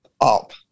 up